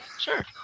Sure